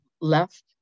left